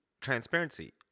transparency